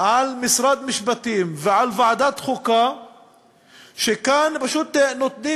על משרד המשפטים ועל ועדת חוקה שכאן פשוט נותנים